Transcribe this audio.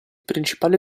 principale